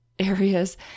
areas